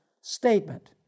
statement